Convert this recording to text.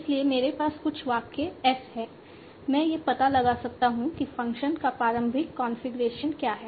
इसलिए मेरे पास कुछ वाक्य S है मैं यह पता लगा सकता हूं कि फ़ंक्शन का प्रारंभिक कॉन्फ़िगरेशन क्या है